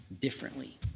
differently